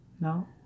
no